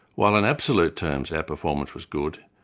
while in absolute terms our performance was good,